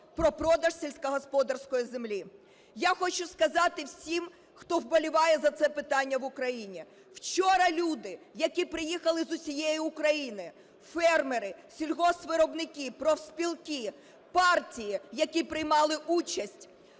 про продаж сільськогосподарської землі. Я хочу сказати всім, хто вболіває за це питання в Україні, вчора люди, які приїхали з усієї України: фермери, сільгоспвиробники, профспілки, партії, які приймали участь